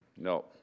No